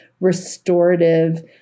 restorative